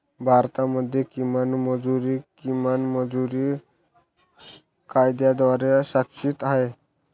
भारतामध्ये किमान मजुरी, किमान मजुरी कायद्याद्वारे शासित आहे